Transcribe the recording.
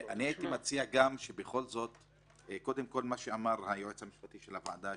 הייתי מציע קודם מה שאמר היועץ המשפטי של הוועדה,